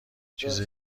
چیز